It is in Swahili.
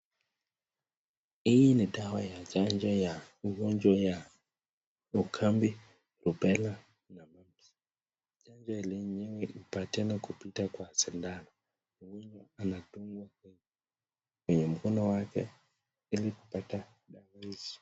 Hii ni dawa ya chanjo ya ugonjwa ya ukambi, rubella na mumps . Chanjo lenyewe hupatianwa kupita kwa sindano, mgonjwa anadungwa kwenye mkono yake ili kupata dawa hizi.